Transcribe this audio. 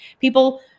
people